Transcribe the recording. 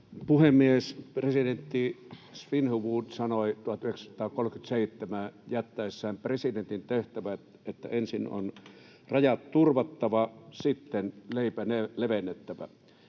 puhemies! Presidentti Svinhufvud sanoi 1937 jättäessään presidentin tehtävät, että ensin on rajat turvattava, sitten leipä levennettävä.